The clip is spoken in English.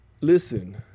listen